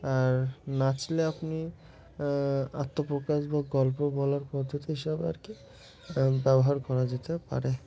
আর নাচলে আপনি আত্মপ্রকাশ বা গল্প বলার পদ্ধতি হিসাবে আর কি ব্যবহার করা যেতে পারে